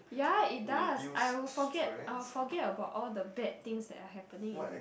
ya it does I will forget I will forget about all the bad things that are happening in